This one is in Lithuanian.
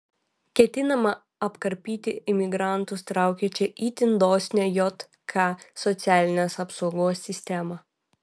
ketinama apkarpyti imigrantus traukiančią itin dosnią jk socialinės apsaugos sistemą